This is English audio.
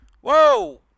Whoa